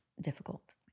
difficult